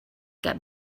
get